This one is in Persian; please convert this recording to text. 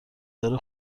داره